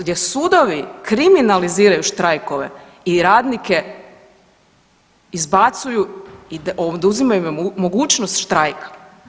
Gdje sudovi kriminaliziraju štrajkove i radnike izbacuju i oduzimaju im mogućnost štrajka.